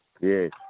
Yes